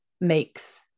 makes